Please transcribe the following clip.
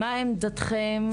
מה עמדתכם,